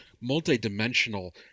multi-dimensional